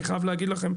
אני חייב להגיד לכם,